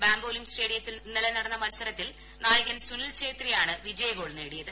ബാംബോലിം സ്സ്റ്റ്ഷിയത്തിൽ ഇന്നലെ നടന്ന മത്സരത്തിൽ നായകൻ സുനിൽ ഛേത്രിയാണ് വിജയഗോൾ നേടിയത്